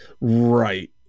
Right